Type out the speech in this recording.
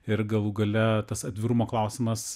ir galų gale tas atvirumo klausimas